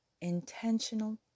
intentional